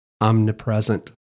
omnipresent